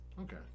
Okay